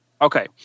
Okay